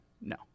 no